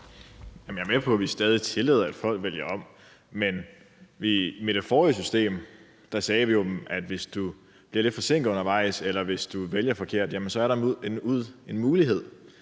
jeg er med på, at vi stadig tillader, at folk vælger om, men med det forrige system sagde vi jo, at hvis du bliver lidt forsinket undervejs, eller hvis du vælger forkert, så er der en mulighed